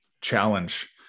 challenge